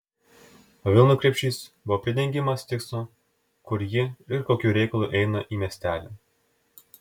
o vilnų krepšys buvo pridengimas tikslo kur ji ir kokiu reikalu eina į miestelį